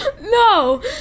No